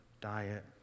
diet